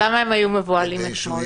אז למה הם היו מבוהלים אתמול?